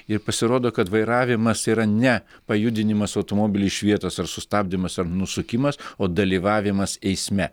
ir pasirodo kad vairavimas yra ne pajudinimas automobilį iš vietos ar sustabdymas ar nusukimas o dalyvavimas eisme